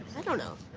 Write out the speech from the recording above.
i don't know,